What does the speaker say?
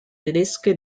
tedesche